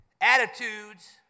Attitudes